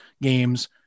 games